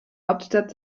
hauptstadt